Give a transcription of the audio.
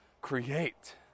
create